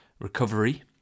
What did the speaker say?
Recovery